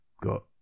got